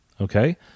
Okay